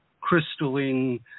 crystalline